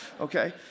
Okay